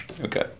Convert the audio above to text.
Okay